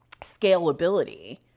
scalability